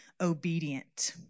obedient